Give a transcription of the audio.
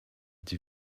die